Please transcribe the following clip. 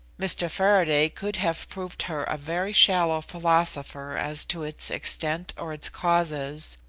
mr. faraday could have proved her a very shallow philosopher as to its extent or its causes,